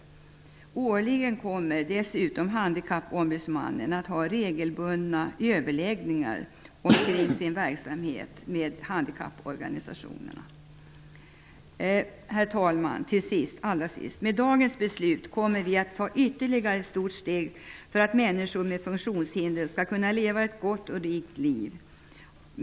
Dessutom kommer Handikappombudsmannen årligen att ha regelbundna överläggningar om sin verksamhet med handikapporganisationerna. Herr talman! Med dagens beslut kommer vi att ta ytterligare ett stort steg för att människor med funktionshinder skall kunna leva ett gott och rikt liv.